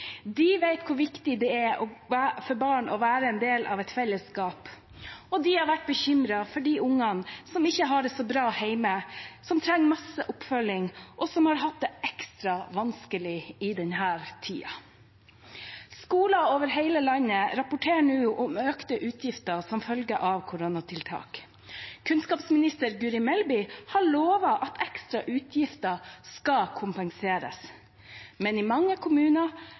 De vet hvor viktig det er for barn å være en del av et felleskap, og de har vært bekymret for de ungene som ikke har det så bra hjemme, som trenger masse oppfølging, og som har hatt det ekstra vanskelig i denne tiden. Skoler over hele landet rapporterer nå om økte utgifter som følge av koronatiltak. Kunnskapsminister Guri Melby har lovet at ekstra utgifter skal kompenseres, men i mange kommuner